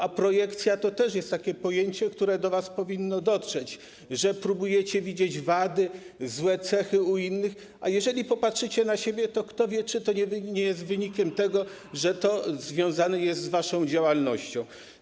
A projekcja to też jest takie pojęcie, które do was powinno dotrzeć, bo próbujecie widzieć wady, złe cechy u innych, a jeżeli popatrzycie na siebie, to kto wie, czy to nie jest wynik tego, że to związane jest z waszą działalnością.